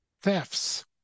thefts